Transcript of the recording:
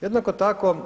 Jednako tako.